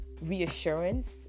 reassurance